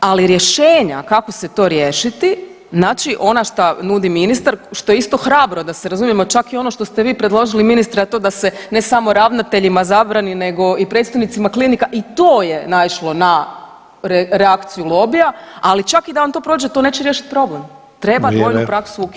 Ali rješenja kako se to riješiti, znači ona šta nudi ministar, što je isto hrabro da se razumijemo, čak i ono to ste vi predložili ministre, a to ne da samo ravnateljima zabrani nego i predstojnicima klinika i to je naišlo na reakciju lobija, ali čak i da vam to prođe to neće riješiti problem [[Upadica Sanader: Vrijeme.]] Treba [[Upadica Sanader: Vrijeme.]] dvojnu praksu